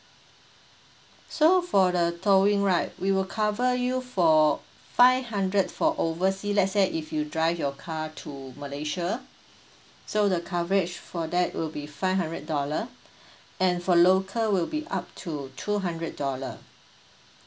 so for the towing right we will cover you for five hundred for oversea let's say if you drive your car to malaysia so the coverage for that will be five hundred dollar and for local will be up to two hundred dollar